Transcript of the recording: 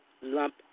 lump